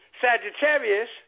Sagittarius